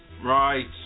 Right